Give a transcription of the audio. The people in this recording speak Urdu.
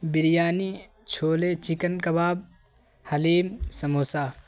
بریانی چھولے چکن کباب حلیم سموسہ